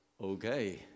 okay